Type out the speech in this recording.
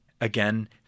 again